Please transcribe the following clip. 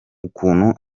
ukuntu